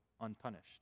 unpunished